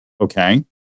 Okay